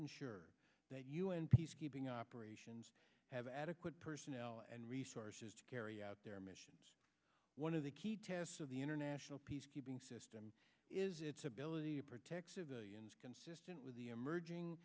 ensure that u n peacekeeping operations have adequate personnel and resources to carry out their missions one of the key tests of the international peacekeeping system is its ability to protect civilians consistent with the emerging